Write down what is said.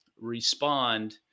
respond